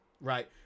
right